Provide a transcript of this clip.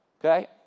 okay